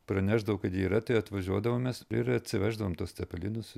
pranešdavo kad yra tai atvažiuodavom mes ir atsiveždavom tuos cepelinus